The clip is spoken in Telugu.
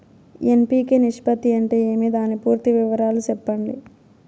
ఎన్.పి.కె నిష్పత్తి అంటే ఏమి దాని పూర్తి వివరాలు సెప్పండి?